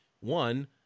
one